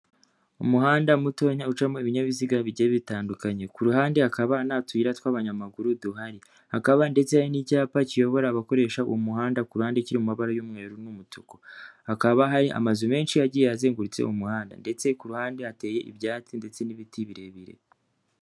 Umuhanda muto ucamo ibinyabiziga bijye bitandukanye, ku ruhande hakaba nta tuyira tw'abanyamaguru duhari, hakaba ndetse n'icyapa kiyobora abakoresha uwo muhanda ku ruhande kiri mu mabara y'umweru n'umutuku, hakaba hari amazu menshi agiye azengurutse umuhanda ndetse ku ruhande hateye ibyatsi ndetse n'ibiti birebire.